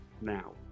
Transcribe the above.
now